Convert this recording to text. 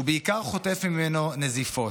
הוא בעיקר חוטף ממנו נזיפות.